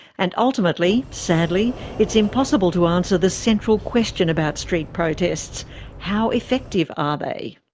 and ultimately, sadly, it's impossible to answer the central question about street protests how effective are they?